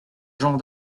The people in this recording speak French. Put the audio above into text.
genre